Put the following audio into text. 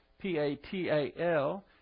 P-A-T-A-L